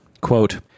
quote